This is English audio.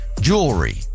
jewelry